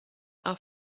are